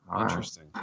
Interesting